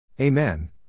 Amen